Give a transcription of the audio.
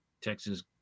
Texas